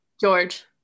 George